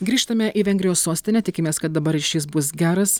grįžtame į vengrijos sostinę tikimės kad dabar ryšys bus geras